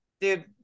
dude